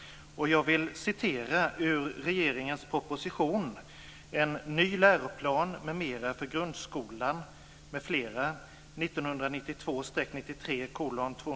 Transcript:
och 19.